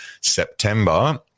September